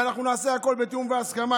ואנחנו נעשה הכול בתיאום ובהסכמה,